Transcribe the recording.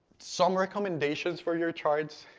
some recommendations for your charts,